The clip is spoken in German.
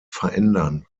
verändern